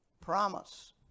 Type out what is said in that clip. Promise